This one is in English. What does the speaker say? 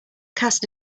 cast